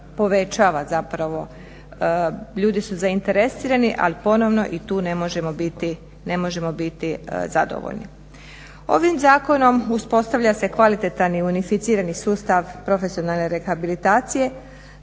povećava zapravo. Ljudi su zainteresirani ali ponovo i tu ne možemo biti zadovoljni. Ovim zakonom uspostavlja se kvalitetan i unificirani sustav profesionalne rehabilitacije